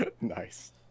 Nice